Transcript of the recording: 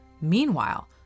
Meanwhile